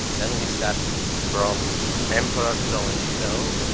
then we started from emperor so and so